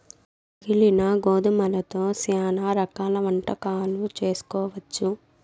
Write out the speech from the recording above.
పగిలిన గోధుమలతో శ్యానా రకాల వంటకాలు చేసుకోవచ్చు